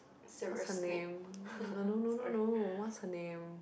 what's her name no no no no no what's her name